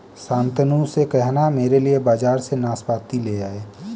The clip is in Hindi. शांतनु से कहना मेरे लिए बाजार से नाशपाती ले आए